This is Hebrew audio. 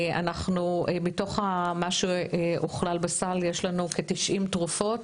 מתוך מה שהוכלל בסל יש לנו כ-90 תרופות